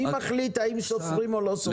מי מחליט האם סופרים או לא סופרים?